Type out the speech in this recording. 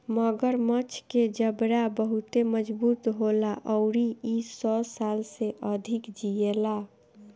मगरमच्छ के जबड़ा बहुते मजबूत होला अउरी इ सौ साल से अधिक जिएला